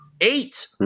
eight